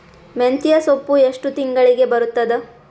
ಮೆಂತ್ಯ ಸೊಪ್ಪು ಎಷ್ಟು ತಿಂಗಳಿಗೆ ಬರುತ್ತದ?